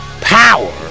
Power